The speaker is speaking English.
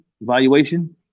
evaluation